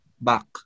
back